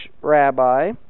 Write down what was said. rabbi